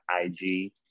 IG